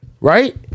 right